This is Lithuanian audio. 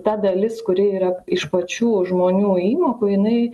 ta dalis kuri yra iš pačių žmonių įmokų jinai